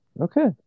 okay